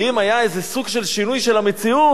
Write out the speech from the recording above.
ואם היה איזה סוג של שינוי של המציאות,